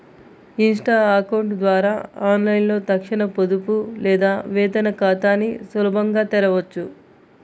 Insta account ద్వారా ఆన్లైన్లో తక్షణ పొదుపు లేదా వేతన ఖాతాని సులభంగా తెరవొచ్చు